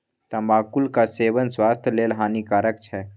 तमाकुलक सेवन स्वास्थ्य लेल हानिकारक छै